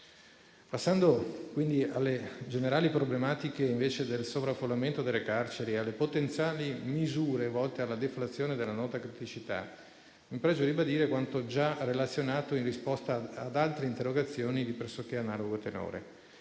Venendo alle generali problematiche del sovraffollamento delle carceri e alle potenziali misure volte alla deflazione della nota criticità, mi pregio ribadire quanto già relazionato in risposta ad altre interrogazioni di pressoché analogo tenore.